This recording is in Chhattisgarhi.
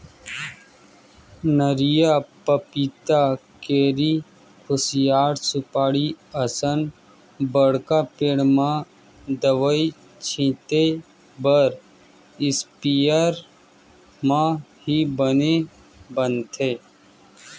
नरियर, पपिता, केरा, खुसियार, सुपारी असन बड़का पेड़ म दवई छिते बर इस्पेयर म ही बने बनथे